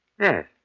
Yes